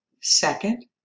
Second